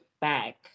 back